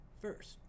first